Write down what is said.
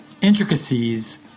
intricacies